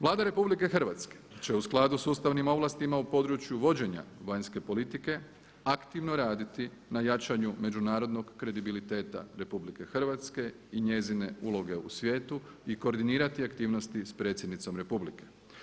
Vlada RH će u skladu s ustavnim ovlastima u području vođenja vanjske politike aktivno raditi na jačanju međunarodnog kredibiliteta RH i njezine uloge u svijetu i koordinirati aktivnosti s predsjednicom Republike.